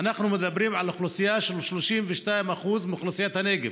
ואנחנו מדברים על אוכלוסייה שהיא 32% מאוכלוסיית הנגב.